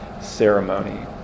ceremony